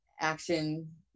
action